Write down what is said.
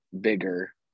bigger